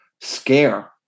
scare